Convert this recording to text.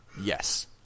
Yes